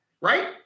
right